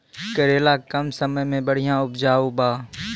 करेला कम समय मे बढ़िया उपजाई बा?